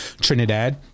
Trinidad